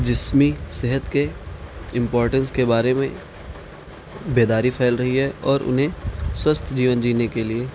جسمی صحت کے امپارٹینس کے بارے میں بیداری پھیل رہی ہے اور انہیں سوستھ جیون جینے کے لیے